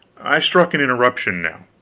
i struck an interruption, now,